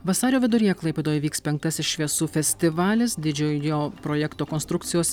vasario viduryje klaipėdoje vyks penktasis šviesų festivalis didžiojo projekto konstrukcijos